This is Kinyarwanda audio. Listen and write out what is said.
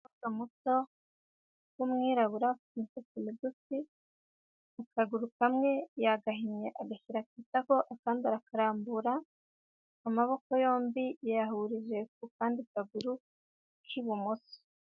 Umukobwa muto w'umwirabura ufite imisatsi migufi, akaguru kamwe yagahinnye agashyira ku itako akandi arakarambura amaboko yombi yayahurije ku kandi kaguru k'ibumoso.